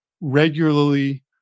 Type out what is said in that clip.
regularly